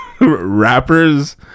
Rappers